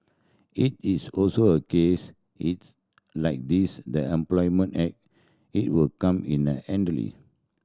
it is also a case its like these that Employment Act it will come in